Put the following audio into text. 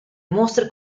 mostre